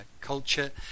culture